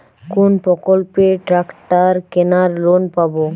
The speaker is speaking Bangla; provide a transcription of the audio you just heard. কোন প্রকল্পে ট্রাকটার কেনার লোন পাব?